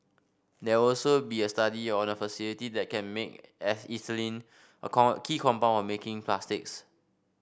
there also be a study on a facility that can make ethylene a corn key compound on making plastics